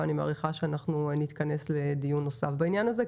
ואני מעריכה שאנחנו נתכנס לדיון נוסף בעניין הזה.